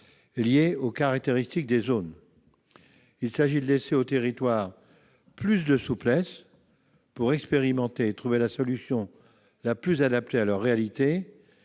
liés aux caractéristiques des zones. Il s'agit de laisser aux territoires plus de souplesse pour expérimenter et trouver la solution la plus adaptée à leur réalité.